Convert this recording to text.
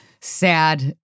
sad